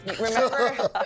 Remember